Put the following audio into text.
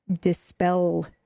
dispel